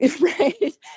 Right